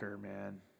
man